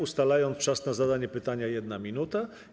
Ustalam czas na zadanie pytania - 1 minuta.